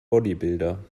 bodybuilder